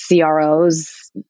CROs